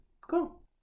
Cool